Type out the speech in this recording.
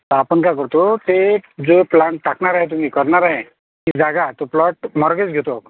आपण काय करतो ते जो प्लांट टाकणार आहे तुम्ही करणार आहे ती जागा तो प्लॉट मॉडगेज घेतो आपण